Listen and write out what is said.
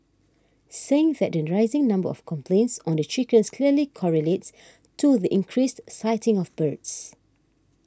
saying that the rising number of complaints on the chickens clearly correlates to the increased sighting of birds